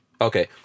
Okay